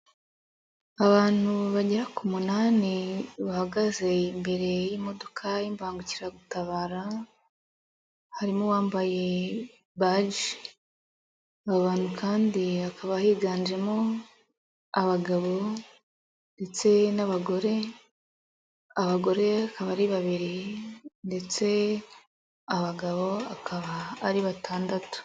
Abantu bagera ku munani, bahagaze imbere y'imodoka y'ibangukiragutabara, harimo uwambaye baji, abantu kandi hakaba higanjemo, abagabo ndetse n'abagore, abagore akaba ari babiri ndetse abagabo, akaba ari batandatu.